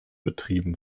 betrieben